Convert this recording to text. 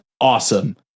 awesome